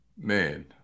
Man